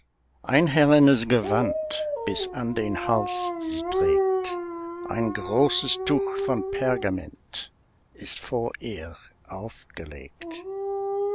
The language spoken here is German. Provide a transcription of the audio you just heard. ein härenes gewand bis an den hals sie trägt ein großes tuch von pergament ist vor ihr aufgelegt